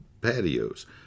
patios